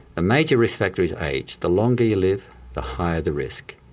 major risk factor is age, the longer you live the higher the risk.